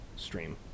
stream